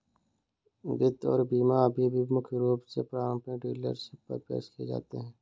वित्त और बीमा अभी भी मुख्य रूप से परिसंपत्ति डीलरशिप पर पेश किए जाते हैं